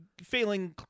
Failing